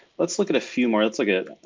let's look at a few more. let's look at,